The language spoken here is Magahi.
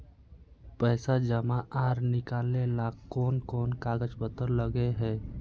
पैसा जमा आर निकाले ला कोन कोन सा कागज पत्र लगे है?